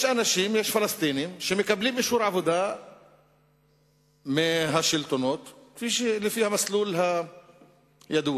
יש פלסטינים שמקבלים אישור עבודה מהשלטונות לפי המסלול הידוע.